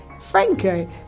Franco